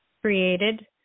created